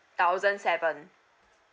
thousand seven